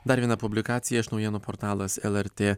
dar vieną publikacija iš naujienų portalas lrt